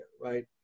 right